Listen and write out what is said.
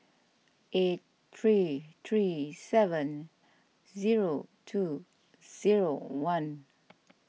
eight three three seven zero two zero one